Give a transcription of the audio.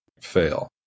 fail